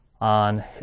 on